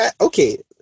okay